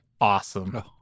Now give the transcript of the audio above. Awesome